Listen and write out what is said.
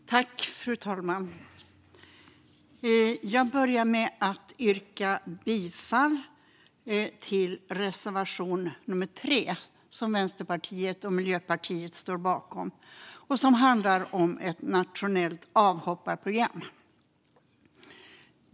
Fru talman! Jag börjar med att yrka bifall till reservation 3, som Vänsterpartiet och Miljöpartiet står bakom och som handlar om ett nationellt avhopparprogram.